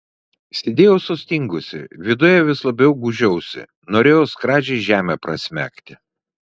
sėdėjau sustingusi viduje vis labiau gūžiausi norėjau skradžiai žemę prasmegti